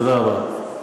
תודה רבה.